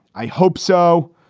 i hope so.